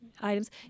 items